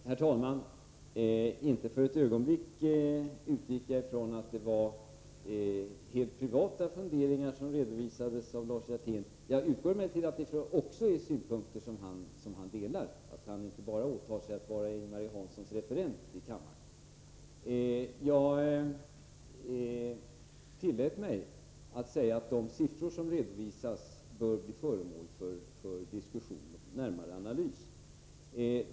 Herr talman! Inte för ett ögonblick utgick jag ifrån att det var helt privata funderingar Lars Hjertén redovisade. Jag utgår emellertid ifrån att det gäller synpunkter som han delar och att vad han åtagit sig inte bara är att fungera som Ing-Marie Hanssons referens i kammaren. Jag tillät mig att säga att de siffror som redovisats bör bli föremål för diskussion och närmare analys.